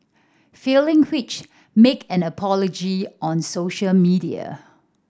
failing which make an apology on social media